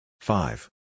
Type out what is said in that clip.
Five